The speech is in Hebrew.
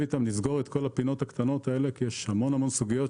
את כל הפינות הקטנות האלה כי יש המון סוגיות.